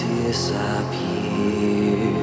disappear